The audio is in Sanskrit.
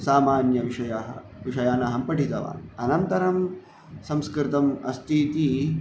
सामान्यविषयाः विषयानहं पठितवान् अनन्तरं संस्कृतम् अस्तीति